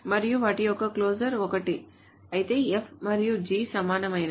మరియు వాటి యొక్క క్లోజర్ ఒకటే అయితే F మరియు G సమానమైనవి